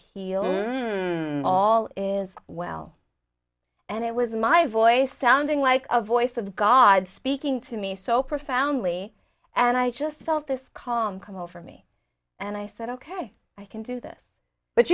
heal all is well and it was my voice sounding like a voice of god speaking to me so profoundly and i just felt this calm come over me and i said ok i can do this but